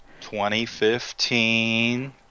2015